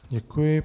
Děkuji.